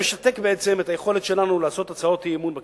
זה משתק את היכולת שלנו להגיש הצעות אי-אמון בכנסת.